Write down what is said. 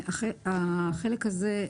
החלק הזה,